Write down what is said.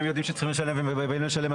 אם הם יודעים שצריך לשלם והיו באים לשלם,